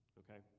okay